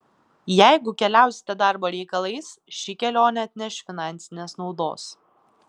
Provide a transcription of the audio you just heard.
jeigu keliausite darbo reikalais ši kelionė atneš finansinės naudos